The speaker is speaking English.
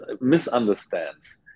misunderstands